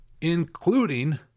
including